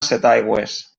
setaigües